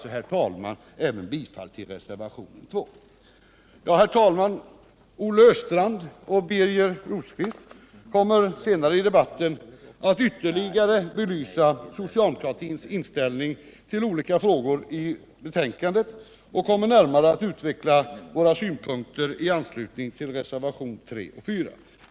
Jag yrkar nu, herr talman, även bifall till reservationen 2 Herr talman! Olle Östrand och Birger Rosqvist kommer senare under debatten att ytterligare belysa socialdemokratins inställning till olika frågor i betänkandet och kommer närmare att utveckla våra synpunkter i anslutning till reservationerna 3 och 4.